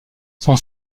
son